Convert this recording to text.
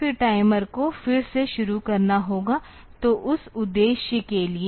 और फिर टाइमर को फिर से शुरू करना होगा तो उस उद्देश्य के लिए